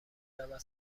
رود